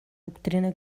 doctrina